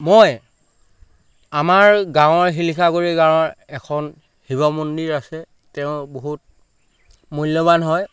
মই আমাৰ গাঁৱৰ শিলিখাগুৰি গাঁৱৰ এখন শিৱ মন্দিৰ আছে তেওঁ বহুত মূল্যৱান হয়